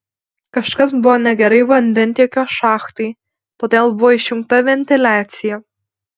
kažkas buvo negerai vandentiekio šachtai todėl buvo išjungta ventiliacija